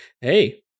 hey